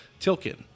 Tilkin